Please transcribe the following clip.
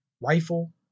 Rifle